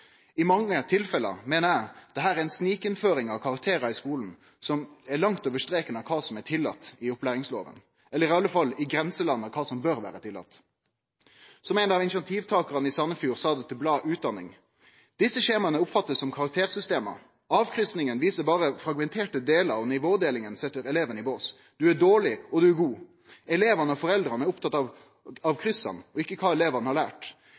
I mange tilfelle meiner eg dette er ei snikinnføring av karakterar i skulen som er langt over streken av kva som er tillate i opplæringslova, eller i alle fall i grenseland av kva som bør vere tillate. Som ein av initiativtakarane i Sandefjord sa til bladet Utdanning: «Disse skjemaene oppfattes som karaktersystemer. Avkrysningen viser bare fragmenterte deler, og nivådelingen setter elevene i bås: Du er dårlig, og du er god. Elevene og foreldrene er opptatt av kryssene og ikke hva elevene har lært.